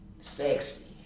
sexy